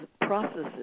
processes